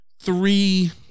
three